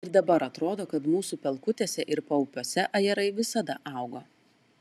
ir dabar atrodo kad mūsų pelkutėse ir paupiuose ajerai visada augo